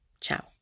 Ciao